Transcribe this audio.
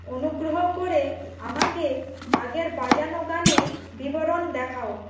অনুগ্রহ করে আমাকে আগের বাজানো গানের বিবরণ দেখাও